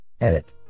Edit